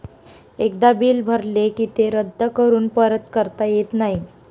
एकदा बिल भरले की ते रद्द करून परत करता येत नाही